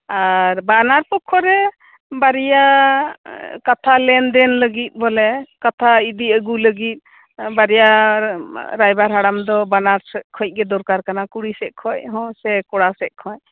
ᱟᱨ ᱵᱟᱱᱟᱨ ᱯᱚᱠᱠᱷᱚᱨᱮ ᱵᱟᱨᱭᱟ ᱠᱟᱛᱷᱟ ᱞᱮᱱᱫᱮᱱ ᱞᱟᱜᱤᱜ ᱵᱚᱞᱮ ᱠᱟᱛᱷᱟ ᱤᱫᱤ ᱟᱜᱩ ᱞᱟᱹᱜᱤᱜ ᱵᱟᱨᱭᱟᱨᱟᱭᱵᱟᱨ ᱦᱟᱲᱟᱢ ᱫᱚ ᱵᱟᱱᱟᱨ ᱥᱮᱡ ᱠᱷᱚᱱ ᱜᱮ ᱫᱚᱨᱠᱟᱨ ᱠᱟᱱᱟ ᱠᱩᱲᱤ ᱠᱷᱚᱡ ᱦᱚᱸ ᱥᱮ ᱠᱚᱲᱟ ᱥᱮᱡ ᱠᱷᱚᱡ